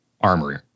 armory